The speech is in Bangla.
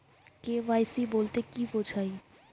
কে.ওয়াই.সি বলতে কি বোঝায়?